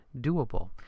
doable